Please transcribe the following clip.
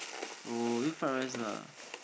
oh eat fried rice lah